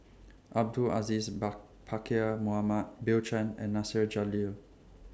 Abdul Aziz Pakkeer Mohamed Bill Chen and Nasir Jalil